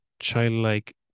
childlike